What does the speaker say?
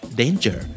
danger